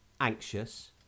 anxious